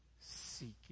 seeking